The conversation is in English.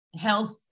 health